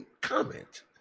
comment